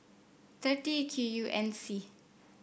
thirty Q U N C